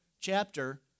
Chapter